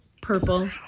purple